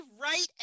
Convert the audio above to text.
right